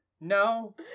no